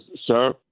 sir